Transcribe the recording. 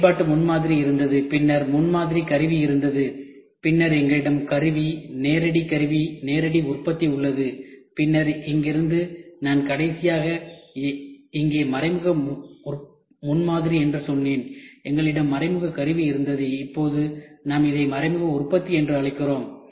எங்கள் செயல்பாட்டு முன்மாதிரி இருந்தது பின்னர் எங்களிடம் முன்மாதிரி கருவி இருந்தது பின்னர் எங்களிடம் நேரடி கருவிநேரடி உற்பத்தி உள்ளது பின்னர் இங்கிருந்து நான் கடைசியாக இங்கே மறைமுக முன்மாதிரி என்று சொன்னேன் எங்களிடம் மறைமுக கருவி இருந்தது இப்போது நாம் இதை மறைமுக உற்பத்தி என்று அழைக்கிறோம்